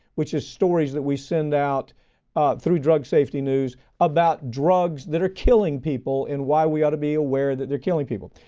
which is stories that we send out through drug safety news about drugs that are killing people and why we ought to be aware that they're killing people.